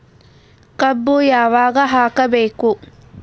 ಕಬ್ಬು ಯಾವಾಗ ಹಾಕಬೇಕು?